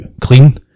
clean